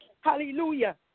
Hallelujah